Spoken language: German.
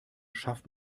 schafft